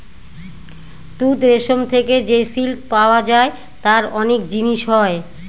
তুত রেশম থেকে যে সিল্ক পাওয়া যায় তার অনেক জিনিস হয়